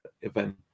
event